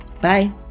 Bye